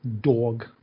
Dog